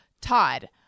Todd